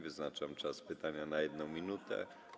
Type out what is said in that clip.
Wyznaczam czas pytania na 1 minutę.